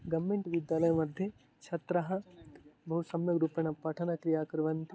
government विद्यालयमध्ये छात्राः बहु सम्यग्रूपेण पठनक्रियां कुर्वन्ति